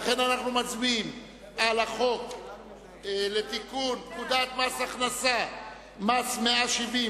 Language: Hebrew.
לכן אנו מצביעים על החוק לתיקון פקודת מס הכנסה (מס' 170),